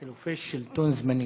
חילופי שלטון זמניים.